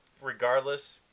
Regardless